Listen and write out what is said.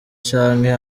canke